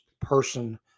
person